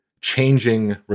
changing